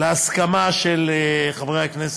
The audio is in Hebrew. להסכמה של חברי הכנסת.